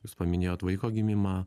jūs paminėjot vaiko gimimą